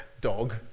dog